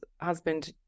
husband